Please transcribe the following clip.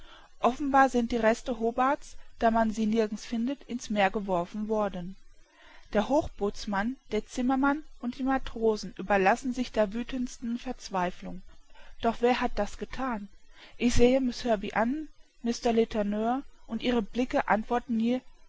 offenbar sind die reste hobbart's da man sie nirgends findet in's meer geworfen worden der hochbootsmann der zimmermann und die matrosen überlassen sich der wüthendsten verzweiflung doch wer hat das gethan ich sehe miß herbey an mr letourneur und ihre blicke antworten mir